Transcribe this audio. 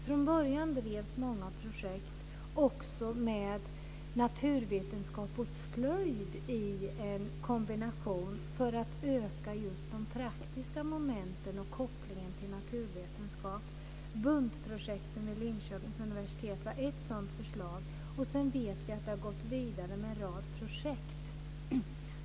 Från början drevs många projekt också med naturvetenskap och slöjd i en kombination för att öka just antalet praktiska moment och förstärka kopplingen till naturvetenskap. BUNT-projekten vid Linköpings universitet var ett sådant försök. Vi vet att det har gått vidare med en rad projekt.